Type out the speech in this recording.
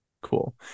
Cool